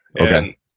Okay